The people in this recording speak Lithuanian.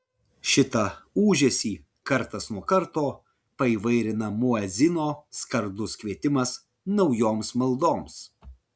šitą ūžesį kartas nuo karto paįvairina muedzino skardus kvietimas naujoms maldoms